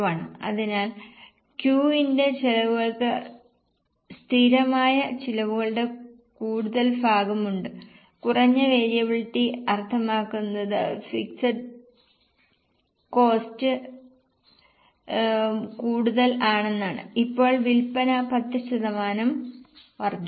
അതിനാൽ Q ന്റെ ചെലവുകൾക്ക് സ്ഥിരമായ ചിലവുകളുടെ കൂടുതൽ ഭാഗമുണ്ട് കുറഞ്ഞ വേരിയബിളിറ്റി അർത്ഥമാക്കുന്നത് ഫിക്സഡ് കോസ്റ്റ് വിലയുടെ കൂടുതൽ ആണെന്നാണ് ഇപ്പോൾ വിൽപ്പന 10 ശതമാനം വർദ്ധിക്കുന്നു